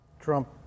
Trump